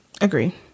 Agree